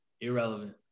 Irrelevant